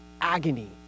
agony